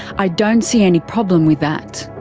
i don't see any problem with that.